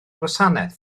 gwasanaeth